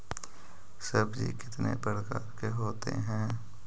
सब्जी कितने प्रकार के होते है?